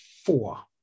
four